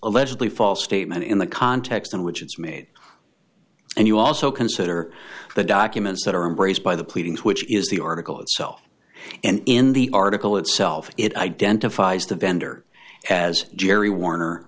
allegedly false statement in the context in which it's made and you also consider the documents that are embraced by the pleadings which is the article itself and in the article itself it identifies the vendor as jerry warner